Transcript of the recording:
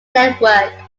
network